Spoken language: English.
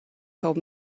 told